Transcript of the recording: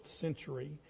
century